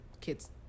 kids